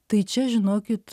tai čia žinokit